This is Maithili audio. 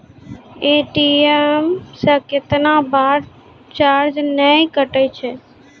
ए.टी.एम से कैतना बार चार्ज नैय कटै छै?